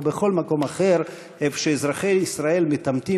או בכל מקום אחר שבו אזרחי ישראל מתעמתים